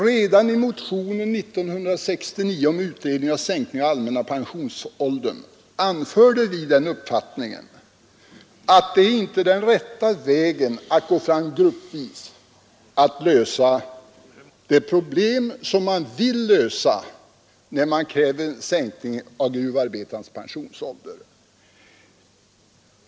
Redan i motionen år 1969 rörande utredning om sänkning av den allmänna pensionsåldern anförde vi den uppfattningen att det inte är den rätta vägen att gå fram gruppvis för att lösa det problem som man vill lösa, när man kräver en sänkning av gruvarbetarnas pensionsålder.